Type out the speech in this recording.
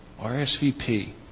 RSVP